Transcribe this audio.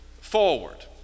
forward